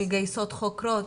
מגייסות חוקרות,